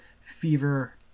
fever